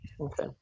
Okay